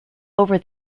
over